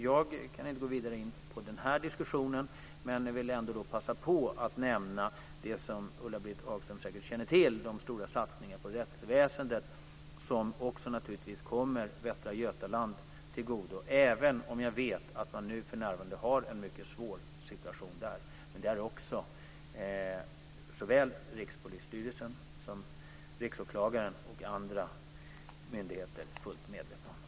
Jag kan inte gå vidare in på den här diskussionen, men jag vill ändå passa på att nämna de stora satsningar på rättsväsendet som Ulla-Britt Hagström säkert känner till. Dessa satsningar kommer naturligtvis också Västra Götaland till godo. Jag vet att man för närvarande har en mycket svår situation där. Det är också såväl Rikspolisstyrelsen som Riksåklagaren och andra myndigheter fullt medvetna om.